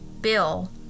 Bill